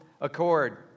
accord